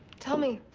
tell me.